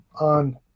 on